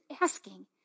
asking